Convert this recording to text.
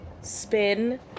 spin